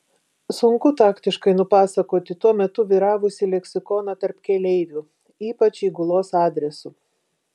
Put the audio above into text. sunku taktiškai nupasakoti tuo metu vyravusį leksikoną tarp keleivių ypač įgulos adresu